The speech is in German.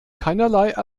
keinerlei